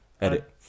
edit